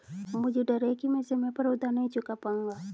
मुझे डर है कि मैं समय पर उधार नहीं चुका पाऊंगा